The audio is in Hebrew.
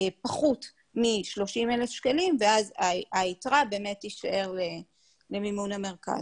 פחות מ-30,000 שקלים ואז היתרה באמת תישאר למימון המרכז.